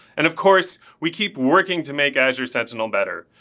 and of course, we keep working to make azure sentinel better.